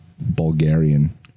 Bulgarian